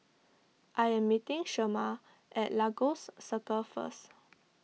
I am meeting Shemar at Lagos Circle first